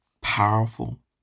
powerful